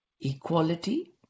equality